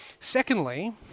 Secondly